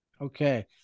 Okay